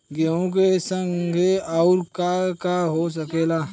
गेहूँ के संगे आऊर का का हो सकेला?